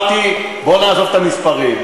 אמרתי: בוא נעזוב את המספרים,